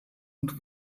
und